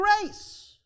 grace